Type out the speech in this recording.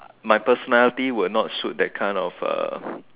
my personality will not suit that kind of